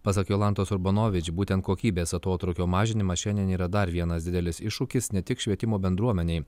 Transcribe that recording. pasak jolantos urbanovič būtent kokybės atotrūkio mažinimas šiandien yra dar vienas didelis iššūkis ne tik švietimo bendruomenei